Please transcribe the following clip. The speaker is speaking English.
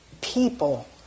people